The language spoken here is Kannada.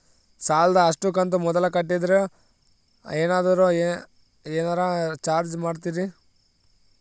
ಸಾಲದ ಅಷ್ಟು ಕಂತು ಮೊದಲ ಕಟ್ಟಿದ್ರ ಏನಾದರೂ ಏನರ ಚಾರ್ಜ್ ಮಾಡುತ್ತೇರಿ?